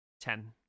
Ten